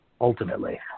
ultimately